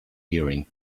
hearing